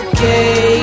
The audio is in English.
Okay